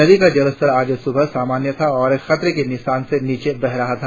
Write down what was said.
नदी का जलस्तर आज सुबह सामान्य था और खतरे के निशान के नीचे बह रहा था